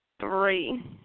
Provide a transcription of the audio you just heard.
Three